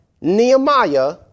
Nehemiah